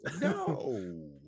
No